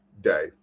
day